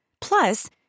Plus